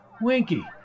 Winky